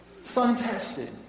Sun-tested